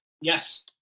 Yes